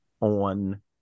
on